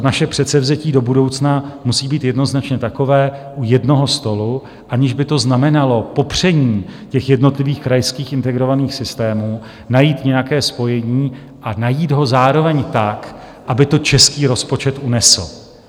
Naše předsevzetí do budoucna musí být jednoznačně takové u jednoho stolu, aniž by to znamenalo popření jednotlivých krajských integrovaných systémů, najít nějaké spojení a najít ho zároveň tak, aby to český rozpočet unesl.